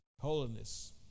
holiness